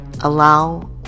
allow